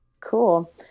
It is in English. cool